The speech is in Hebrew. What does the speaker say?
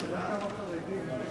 הצעת חוק לתיקון פקודת המשטרה (פיזור הפרות סדר),